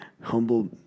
humble